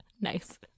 Nice